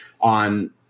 on